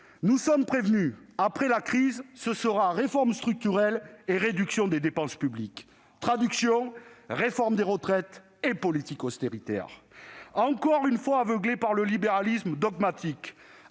Nous sommes prévenus : après la crise, ce sera « réforme structurelle » et « réduction des dépenses publiques ». Traduction : réforme des retraites et politique austéritaire ! Encore une fois aveuglés par votre libéralisme dogmatique,